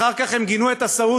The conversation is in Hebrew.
אחר כך הם גינו את הסעודים